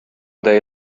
they